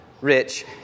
rich